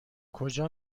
کجا